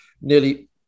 Nearly